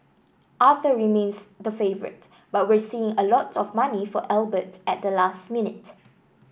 Arthur remains the favourite but we're seeing a lot of money for Albert at the last minute